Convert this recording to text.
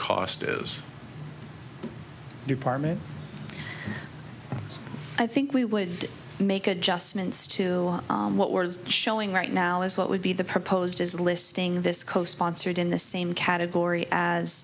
cost is department i think we would make adjustments to what we're showing right now is what would be the proposed as listing this co sponsored in the same category as